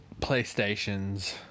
Playstations